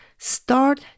start